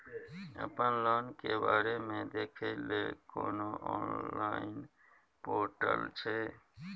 अपन लोन के बारे मे देखै लय कोनो ऑनलाइन र्पोटल छै?